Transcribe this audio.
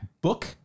book